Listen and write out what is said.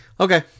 Okay